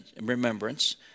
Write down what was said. remembrance